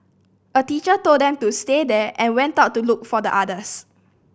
a teacher told them to stay there and went out to look for the others